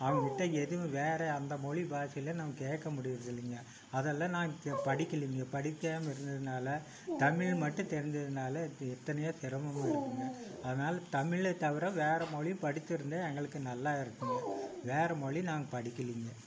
அவங்ககிட்ட எதுவும் வேறு அந்த மொழி பாஷையில் நம்ம கேட்க முடியறதில்லிங்க அதெல்லாம் நான் இங்கே படிக்கலிங்க படிக்காமல் இருந்ததினால தமிழ் மட்டும் தெரிஞ்சதினால இது எத்தனையோ சிரமங்கள் இருக்குதுங்க அதனால் தமிழை தவிர வேற மொழியும் படிச்சிருந்தால் எங்களுக்கு நல்லா இருக்குங்க வேறு மொழி நாங்கள் படிக்கலிங்க